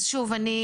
אז שוב,